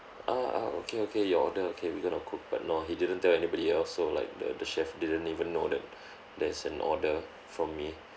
ah ah okay okay your order okay we're going to cook but no he didn't tell anybody else so like the the chef didn't even know that there's an order from me